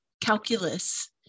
calculus